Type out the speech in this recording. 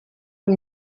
amb